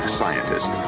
scientist